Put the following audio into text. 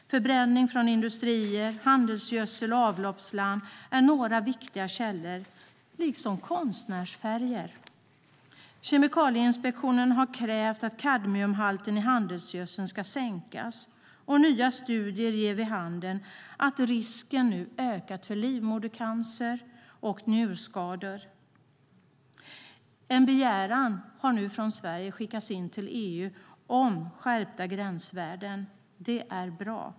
Förbränning från industrier, handelsgödsel och avloppsslam är några viktiga källor, liksom konstnärsfärger. Kemikalieinspektionen har krävt att kadmiumhalten i handelsgödsel ska sänkas. Nya studier ger vid handen att risken ökat för livmodercancer och njurskador. En begäran om skärpta gränsvärden har skickats från Sverige till EU. Det är bra.